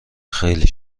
خیلی